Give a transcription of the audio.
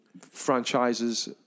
franchises